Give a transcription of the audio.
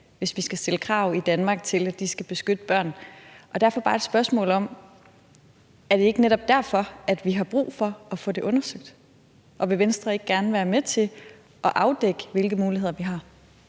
Danmark skal stille krav til, at de skal beskytte børn. Derfor er der bare et spørgsmål: Er det ikke netop derfor, at vi har brug for at få det undersøgt, og vil Venstre ikke gerne være med til at afdække, hvilke muligheder vi har?